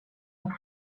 une